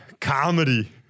Comedy